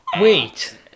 Wait